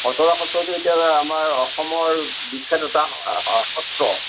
খটৰা সত্ৰৰ এতিয়া যে আমাৰ অসমৰ বিখ্যাত এটা সত্ৰ